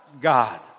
God